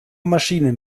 maschinen